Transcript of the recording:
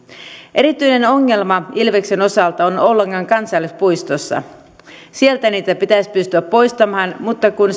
erityinen ongelma ilveksen osalta on oulangan kansallispuistossa sieltä niitä pitäisi pystyä poistamaan mutta kun